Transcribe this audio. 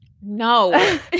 No